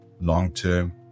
long-term